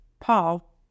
paul